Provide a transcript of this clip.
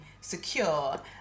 secure